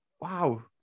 wow